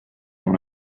dans